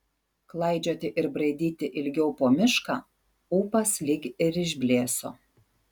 klaidžioti ir braidyti ilgiau po mišką ūpas lyg ir išblėso